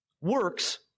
Works